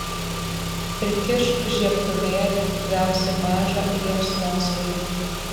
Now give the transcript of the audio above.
prikišk žiebtuvėlį gausi mažą liepsnosvaidį